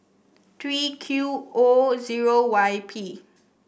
three Q O zero Y P